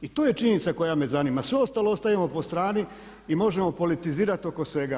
I to je činjenica koja me zanima, sve ostalo ostavimo po strani i možemo politizirati oko svega.